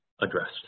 addressed